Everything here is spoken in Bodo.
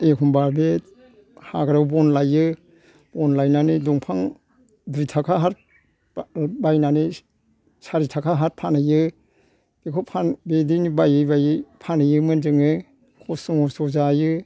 एखनबा बे हाग्रायाव बन लायो बन लायनानै दंफां दुइ थाखा हाथ बायनानै चारि थाखा हाथ फानहैयो बेखौ फान बिदिनो बायै बायै फानहैयोमोन जोङो खस्थ' म'स्थ जायो